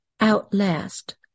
outlast